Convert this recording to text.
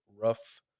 rough